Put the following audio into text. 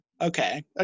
Okay